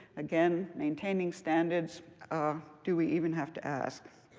again, maintaining standards um do we even have to ask?